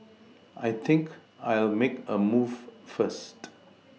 I think I'll make a move first